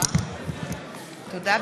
תודה.